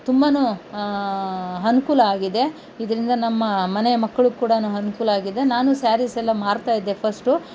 ತುಂಬನೂ ಅನುಕೂಲ ಆಗಿದೆ ಇದರಿಂದ ನಮ್ಮ ಮನೆಯ ಮಕ್ಕಳು ಕೂಡ ಅನುಕೂಲ ಆಗಿದೆ ನಾನು ಸ್ಯಾರೀಸ್ ಎಲ್ಲ ಮಾರ್ತಾಯಿದ್ದೆ ಫಸ್ಟು